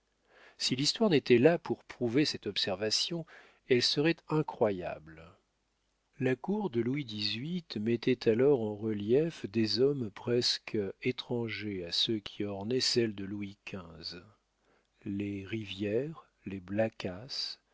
si l'histoire n'était là pour prouver cette observation elle serait incroyable la cour de louis xviii mettait alors en relief des hommes presque étrangers à ceux qui ornaient celle de louis xv les rivière les blacas